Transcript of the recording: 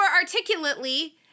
articulately